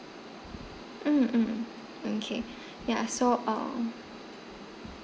mm mm mm mm K ya so um